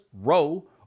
row